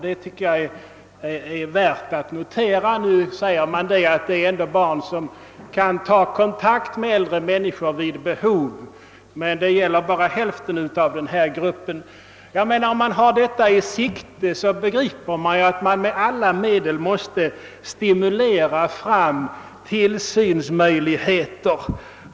Det tycker jag är värt att notera. Nu sägs det, att dessa barn vid behov kan ta kontakt med äldre människor. Men detta gäller bara hälften av barnen i denna grupp. Om man har detta i sikte begriper man att vi med alla medel måste stimulera fram tillsynsmöjligheter.